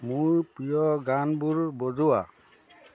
মোৰ প্ৰিয় গানবোৰ বজোৱা